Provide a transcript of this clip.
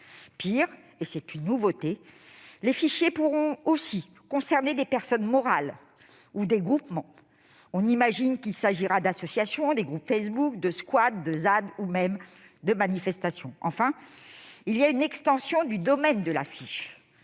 Pire, et c'est une nouveauté, les fichiers pourront aussi concerner des personnes morales ou des « groupements ». On imagine qu'il s'agira d'associations, de groupes Facebook, de squats, de ZAD ou même de manifestations. Enfin, il y a une extension du domaine de la fiche.